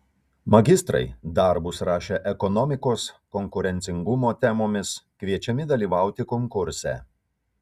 magistrai darbus rašę ekonomikos konkurencingumo temomis kviečiami dalyvauti konkurse